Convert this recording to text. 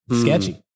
sketchy